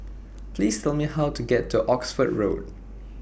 Please Tell Me How to get to Oxford Road